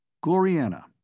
Gloriana